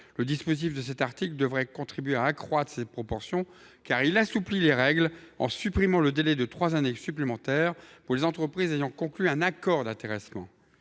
La mise en œuvre de cet article devrait contribuer à accroître cette proportion, car il assouplit les règles en supprimant le délai de trois années supplémentaires applicable aux entreprises ayant conclu un accord d’intéressement.